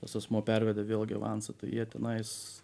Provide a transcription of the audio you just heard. tas asmuo pervedė vėlgi avansą tai jie tenais